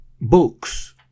Books